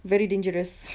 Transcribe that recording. very dangerous